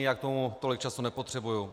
Já k tomu tolik času nepotřebuji.